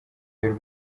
y’u